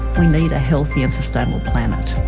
we need a healthy and sustainable planet.